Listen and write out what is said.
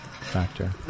factor